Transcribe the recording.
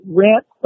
rent